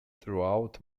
throughout